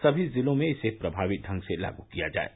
सभी जिलों में इसे प्रभावी ढंग से लागू किया जाये